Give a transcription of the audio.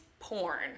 Porn